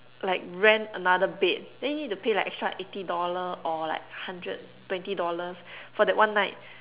like rent another bed then you need to pay like extra eighty dollar or like hundred twenty dollars for that one night